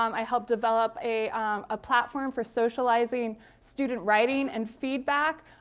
um i helped develop a ah platform for socializing student writing and feedback.